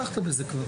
פתחת בזה כבר.